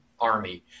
army